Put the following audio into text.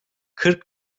kırk